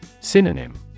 Synonym